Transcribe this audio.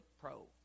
Pro